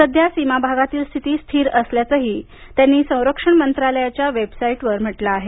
सध्या सीमाभागातील स्थिती स्थिर असल्याचंही त्यांनी संरक्षण मंत्रालयाच्या वेबसाईटवर म्हटलं आहे